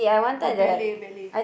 or ballet ballet